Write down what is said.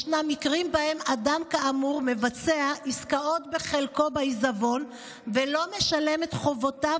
ישנם מקרים שבהם אדם כאמור מבצע עסקאות בחלקו בעיזבון ולא משלם את חובותיו